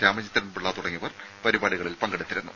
രാമചന്ദ്രൻ പിള്ള തുടങ്ങിയവർ പരിപാടികളിൽ പങ്കെടുത്തിരുന്നു